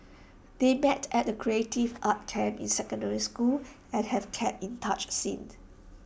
they met at A creative arts camp in secondary school and have kept in touch since